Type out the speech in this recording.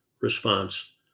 response